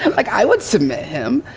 like i would submit him,